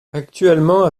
actuellement